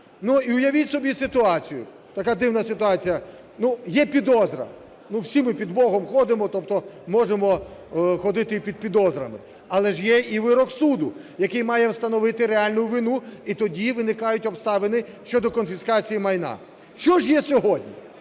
І уявіть собі ситуацію, така дивна ситуація. Є підозра, всі ми під Богом ходимо, тобто можемо ходити і під підозрами, але ж є і вирок суду, який має встановити реальну вину, і тоді виникають обставини щодо конфіскації майна. Що ж є сьогодні?